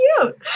cute